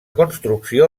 construcció